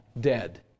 dead